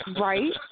Right